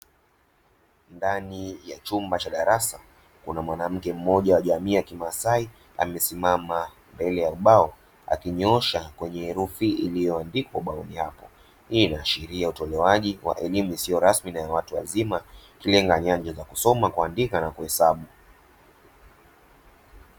Ndani ya chumba cha darasa kuna mwanamke mmoja jamii ya kimasai amesimama mbele ya ubao akinyoosha kwenye herufi iliyo andikwa ubaoni hapo, Hii inaashiria utoaji wa elimu isiyo rasmi na ya watu wazima ikilenga nyanja za kusoma, kuandika na kuhesabu.